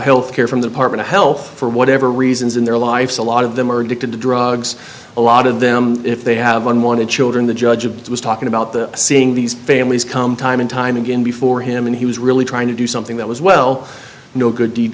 health care from the department of health for whatever reasons in their lives a lot of them are addicted to drugs a lot of them if they haven't wanted children the judge of it was talking about the seeing these families come time and time again before him and he was really trying to do something that was well no good deed